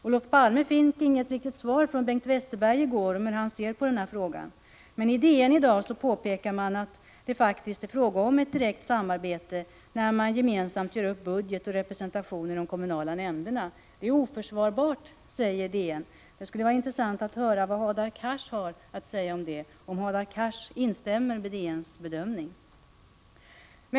Olof Palme fick inget riktigt svar av Bengt Westerberg i går om hur han ser på den här frågan, men DN påpekar i dag att det faktiskt är fråga om ett direkt samarbete när man gemensamt gör upp om budget och representation i de kommunala nämnderna. Det är oförsvarbart, säger DN. Det skulle vara intressant att höra vad Hadar Cars har att säga om detta. Instämmer han i DN:s bedömning?